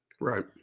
Right